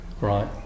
right